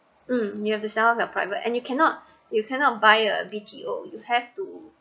um you have to sell off your private and you cannot you cannot buy a B_T_O you have to